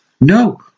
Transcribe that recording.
No